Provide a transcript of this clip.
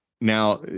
now